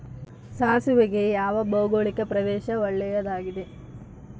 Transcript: ಸಾಸಿವೆಗೆ ಯಾವ ಭೌಗೋಳಿಕ ಪ್ರದೇಶ ಒಳ್ಳೆಯದಾಗಿದೆ?